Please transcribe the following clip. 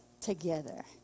together